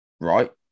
Right